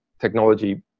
technology